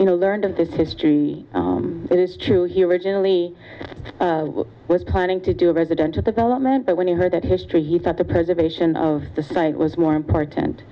you know learned of this history is true you originally was planning to do a residential development but when you heard that history you thought the preservation of the site was more important